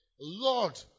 Lord